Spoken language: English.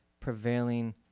prevailing